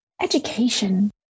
Education